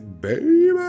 baby